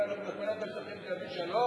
האם אם נפנה את השטחים זה יביא שלום,